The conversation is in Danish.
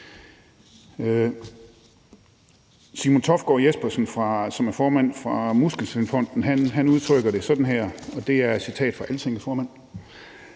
Simon Toftgaard Jespersen, som er formand for Muskelsvindfonden, udtrykker det sådan her, og det er et citat fra Altinget, formand: